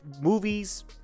movies